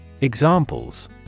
Examples